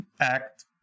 act